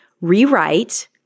rewrite